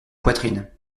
poitrine